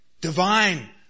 Divine